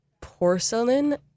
porcelain